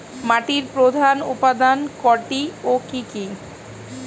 মাটির প্রধান উপাদান কয়টি ও কি কি?